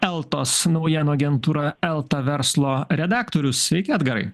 eltos naujienų agentūra elta verslo redaktorius sveiki edgarai